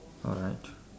alright